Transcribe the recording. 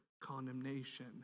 condemnation